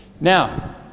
Now